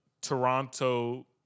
Toronto